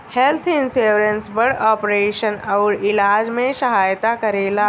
health insurance बड़ operation अउरी इलाज में सहायता करेला